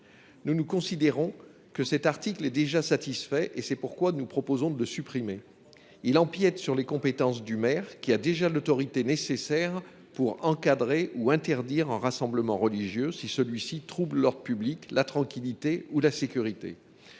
Nous considérons que cet article est déjà satisfait et c’est pourquoi nous proposons de le supprimer. Il empiète sur les compétences du maire, qui a déjà l’autorité nécessaire pour encadrer ou interdire un rassemblement religieux si celui ci trouble l’ordre public, la tranquillité ou la sécurité